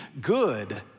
good